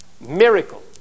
miracle